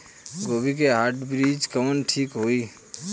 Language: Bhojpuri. गोभी के हाईब्रिड बीज कवन ठीक होई?